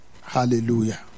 Hallelujah